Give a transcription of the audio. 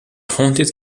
haunted